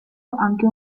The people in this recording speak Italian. anche